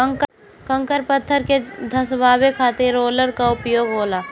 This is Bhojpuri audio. कंकड़ पत्थर के जमीन में धंसावे खातिर रोलर कअ उपयोग होला